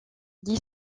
dit